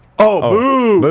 oh, booooo.